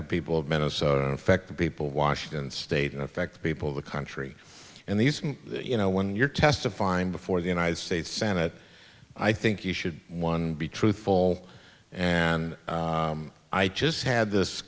the people of minnesota affect the people washington state and affect the people of the country and these you know when you're testifying before the united states senate i think you should one be truthful and i just had this